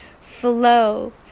flow